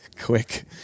quick